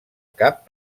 cap